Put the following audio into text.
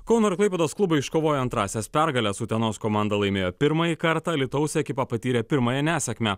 kauno ir klaipėdos klubai iškovojo antrąsias pergales utenos komanda laimėjo pirmąjį kartą alytaus ekipa patyrė pirmąją nesėkmę